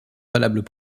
valables